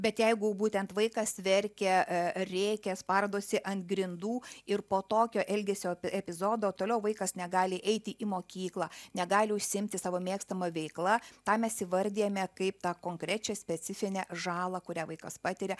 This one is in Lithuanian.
bet jeigu būtent vaikas verkia rėkia spardosi ant grindų ir po tokio elgesio epizodo toliau vaikas negali eiti į mokyklą negali užsiimti savo mėgstama veikla tą mes įvardijame kaip tą konkrečią specifinę žalą kurią vaikas patiria